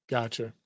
Gotcha